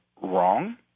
wrong